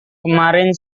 kemarin